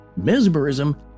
mesmerism